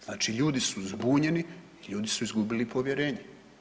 Znači ljudi su zbunjeni, ljudi su izgubili povjerenje.